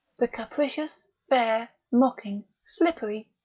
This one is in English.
the capricious, fair, mocking, slippery,